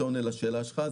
זה עונה לשאלה שלך.